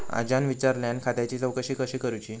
आज्यान विचारल्यान खात्याची चौकशी कशी करुची?